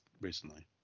recently